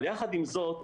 אבל יחד עם זאת,